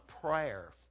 prayer